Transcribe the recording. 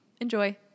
Enjoy